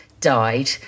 died